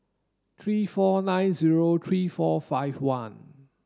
three four nine zero three four five one